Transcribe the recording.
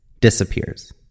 disappears